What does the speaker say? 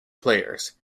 players